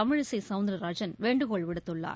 தமிழிசை சவுந்தரராஜன் வேண்டுகோள் விடுத்துள்ளார்